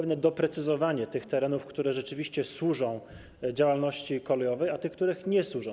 Chodzi o doprecyzowanie tych terenów, które rzeczywiście służą działalności kolejowej, i tych, które nie służą.